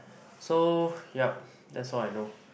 so yup that's all I know